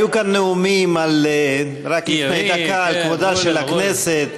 היו כאן נאומים רק לפני דקה על כבודה של הכנסת,